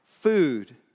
food